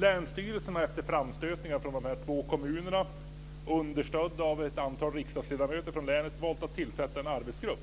Länsstyrelsen har efter framstötningar från de här två kommunerna understödda av ett antal riksdagsledamöter från länet valt att tillsätta en arbetsgrupp.